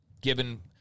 given